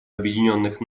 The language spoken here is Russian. объединенных